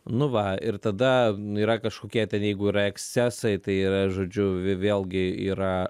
nu va ir tada yra kažkokie ten jeigu yra ekscesai tai yra žodžiu vėlgi yra